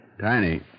Tiny